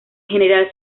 general